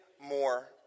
more